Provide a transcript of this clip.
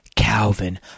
Calvin